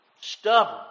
Stubborn